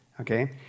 Okay